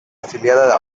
afiliada